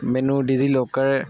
ਮੈਨੂੰ Digi locker